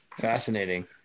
fascinating